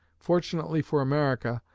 fortunately for america,